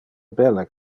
belle